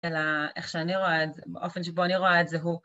אלא איך שאני רואה את זה, באופן שבו אני רואה את זה הוא